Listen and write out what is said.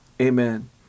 amen